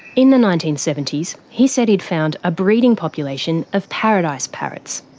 in the nineteen seventy s, he said he'd found a breeding population of paradise parrots.